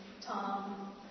Tom